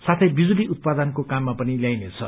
साथै बिजुली उत्पादनको काममा पनि ल्याइनेछ